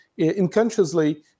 unconsciously